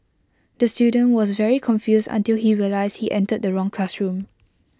the student was very confused until he realised he entered the wrong classroom